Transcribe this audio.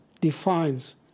defines